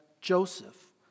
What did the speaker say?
Joseph